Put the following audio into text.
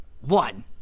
one